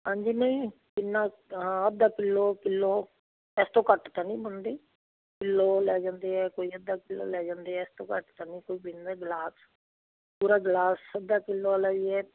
ਹਾਂਜੀ ਨਹੀਂ ਕਿੰਨਾ ਹਾਂ ਅੱਧਾ ਕਿੱਲੋ ਕਿੱਲੋ ਇਸ ਤੋਂ ਘੱਟ ਤਾਂ ਨਹੀਂ ਬਣਦੇ ਕਿੱਲੋ ਲੈ ਜਾਂਦੇ ਆ ਕੋਈ ਅੱਧਾ ਕਿੱਲੋ ਲੈ ਜਾਂਦੇ ਆ ਇਸ ਤੋਂ ਘੱਟ ਤਾਂ ਨਹੀਂ ਕੋਈ ਪੀਦਾ ਗਲਾਸ ਪੂਰਾ ਗਿਲਾਸ ਅੱਧਾ ਕਿੱਲੋ ਵਾਲਾ ਹੀ ਹੈ